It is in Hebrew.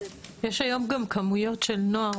יש היום גם כמויות של נוער,